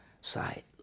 sight